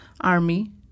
army